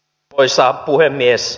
arvoisa puhemies